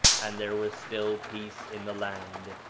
and there was still peace in the land,